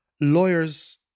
lawyers